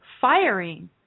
firing